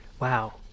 Wow